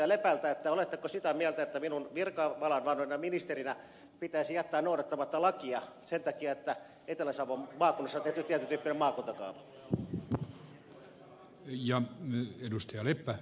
lepältä oletteko sitä mieltä että minun virkavalan vannoneena ministerinä pitäisi jättää noudattamatta lakia sen takia että etelä savon maakunnassa on tehty tietyntyyppinen maakuntakaava